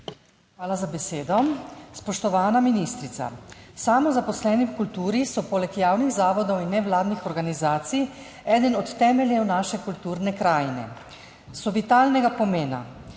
Hvala za besedo. Spoštovana ministrica! Samozaposleni v kulturi so poleg javnih zavodov in nevladnih organizacij eden od temeljev naše kulturne krajine. So vitalnega pomena.